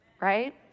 right